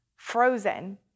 frozen